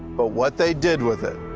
but what they did with it.